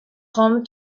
home